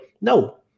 No